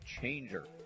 changer